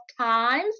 times